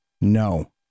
No